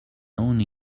اونی